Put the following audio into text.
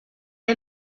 est